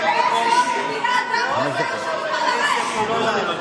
פוגרומים הוא אומר, פוגרומים,